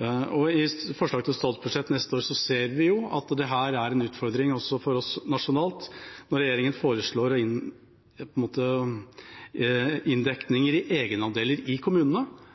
I forslaget til statsbudsjett for neste år ser vi at dette er en utfordring også for oss nasjonalt. Når regjeringa foreslår inndekninger i egenandeler i kommunene,